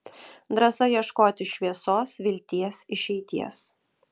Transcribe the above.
drąsa ieškoti šviesos vilties išeities